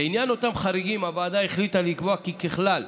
לעניין אותם חריגים, הוועדה החליטה לקבוע כי ככלל,